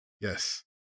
Yes